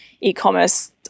e-commerce